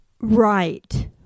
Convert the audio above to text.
Right